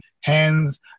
hands